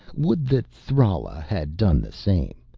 would that thrala had done the same.